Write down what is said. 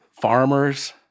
farmers